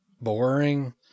boring